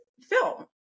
film